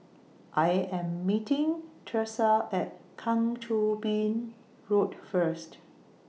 I Am meeting Tresa At Kang Choo Bin Road First